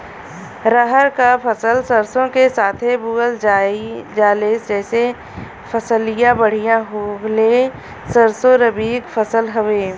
रहर क फसल सरसो के साथे बुवल जाले जैसे फसलिया बढ़िया होले सरसो रबीक फसल हवौ